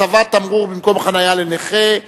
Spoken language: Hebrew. התשע"א 2010, הצבת תמרור במקום חנייה לנכה.